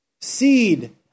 seed